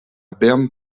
berne